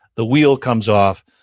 the wheel comes off,